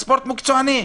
ספורט מקצועני.